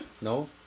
No